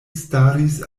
staris